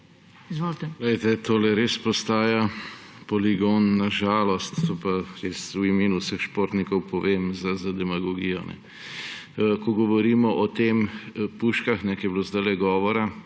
tole res postaja poligon, na žalost, v imenu vseh športnikov povem, za demagogijo. Ko govorimo o tem puškah, kar je bilo zdajle govora,